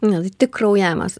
ne nu tik kraujavimas